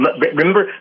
Remember